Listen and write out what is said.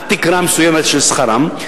עד תקרה מסוימת של שכרם.